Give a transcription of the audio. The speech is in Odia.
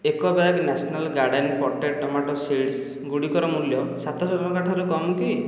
ଏକ bag national garden potted tomato seeds ଗୁଡ଼ିକର ମୂଲ୍ୟ ସାତଶହ ଟଙ୍କା ଠାରୁ କମ୍ କି